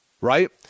right